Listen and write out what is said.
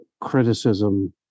criticism